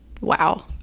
wow